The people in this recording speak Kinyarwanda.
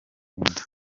cyenda